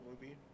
movie